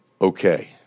Okay